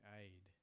aid